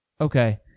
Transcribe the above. Okay